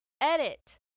Edit